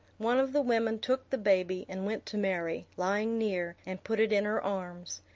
one of the women took the baby, and went to mary, lying near, and put it in her arms.